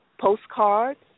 postcards